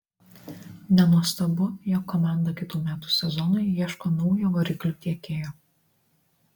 nenuostabu jog komanda kitų metų sezonui ieško naujo variklių tiekėjo